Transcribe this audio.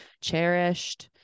cherished